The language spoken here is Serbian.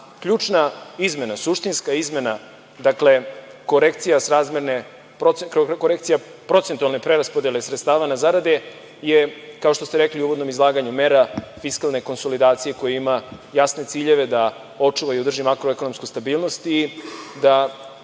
ključna izmena, suštinska izmena, dakle, korekcija procentualne preraspodele sredstava na zarade je kao što ste rekli u uvodnom izlaganju mera fiskalne konsolidacije koja ima jasne ciljeve da očuva i održi makroekonomsku stabilnost i da